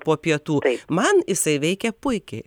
po pietų man jisai veikia puikiai